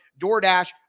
DoorDash